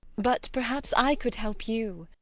but perhaps i could help you.